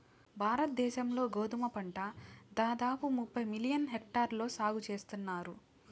భారత దేశం లో గోధుమ పంట దాదాపు ముప్పై మిలియన్ హెక్టార్లలో సాగు చేస్తన్నారు